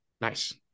Nice